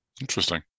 Interesting